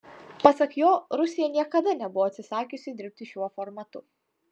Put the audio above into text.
pasak jo rusija niekada nebuvo atsisakiusi dirbti šiuo formatu